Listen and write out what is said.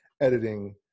editing